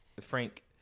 frank